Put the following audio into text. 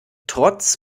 trotz